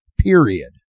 Period